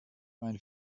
mein